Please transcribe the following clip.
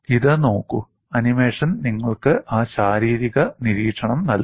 ഇത് നോക്കൂ ആനിമേഷൻ നിങ്ങൾക്ക് ആ ശാരീരിക നിരീക്ഷണം നൽകും